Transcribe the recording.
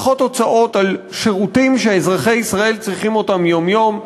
פחות הוצאות על שירותים שאזרחי ישראל צריכים אותם יום-יום,